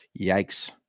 Yikes